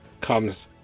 comes